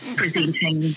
presenting